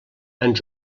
ens